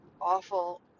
awful